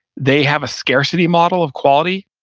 they have a scarcity model of quality.